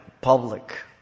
public